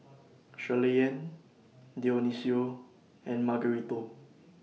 Shirleyann Dionicio and Margarito